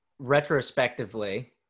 retrospectively